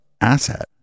asset